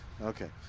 Okay